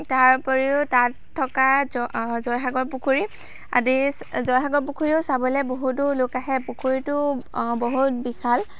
তাৰ উপৰিও তাত থকা জয় জয়সাগৰ পুখুৰী আদি জয়সাগৰ পুখুৰীও চাবলৈ বহুতো লোক আহে পুখুৰীটো বহুত বিশাল